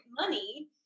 money